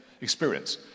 experience